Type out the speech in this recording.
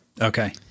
Okay